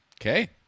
Okay